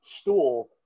stool